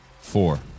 four